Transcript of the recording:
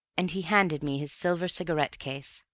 and he handed me his silver cigarette-case.